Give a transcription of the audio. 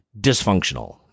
dysfunctional